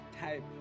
type